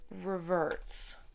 reverts